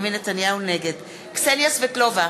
נגד קסניה סבטלובה,